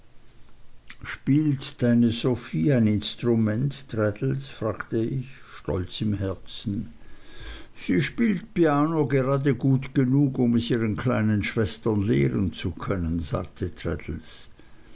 spielt deine sophie ein instrument traddles fragte ich stolz im herzen sie spielt piano grade gut genug um es ihren kleinen schwestern lehren zu können sagte